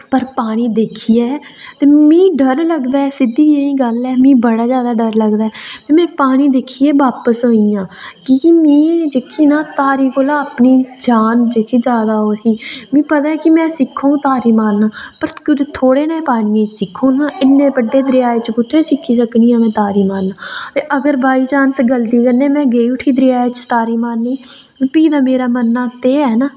पर पानी दिक्खियै ते मिगी डर लगदा ऐ सिद्धी जेही गल्ल ऐ मिगी बड़ा जादा डर लगदा मिगी पानी दिक्खियै बापस आई आं की के मिगी में तारी कोला अपनी जान जेह्की जादा ओह् ही में पता ऐ कि में सिक्खङ तारी मारना पर कुदै थोहड़े जेह् पानी च सिक्खङ इन्ने पानी च एड्डे दरिया च में कु'त्थें सिक्खी सकनी आं तारी मारनां ते अगर बाईचांस गल्ती कन्नै में गेई उठी दरेआ च तारी मारने गी फ्ही ते मेरी मरना तैऽ ऐ ना